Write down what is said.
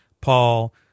Paul